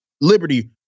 liberty